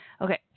okay